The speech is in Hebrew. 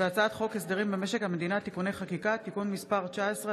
הצעת חוק הסדרים במשק המדינה (תיקוני חקיקה) (תיקון מס' 19),